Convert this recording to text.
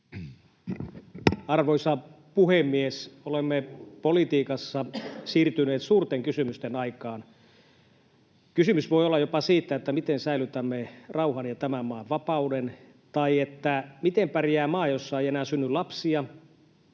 Arvoisa puhemies! Olemme politiikassa siirtyneet suurten kysymysten aikaan. Kysymys voi olla jopa siitä, miten säilytämme rauhan ja tämän maan vapauden tai miten pärjää maa, jossa ei enää synny lapsia,